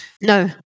No